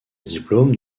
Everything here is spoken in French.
diplôme